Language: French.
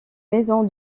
maison